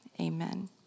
amen